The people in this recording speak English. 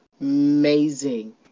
amazing